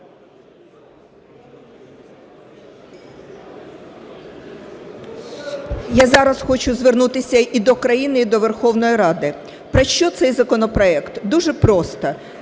Я зараз хочу звернутися і до країни, і до Верховної Ради. Про що цей законопроект? Дуже просто: